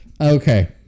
okay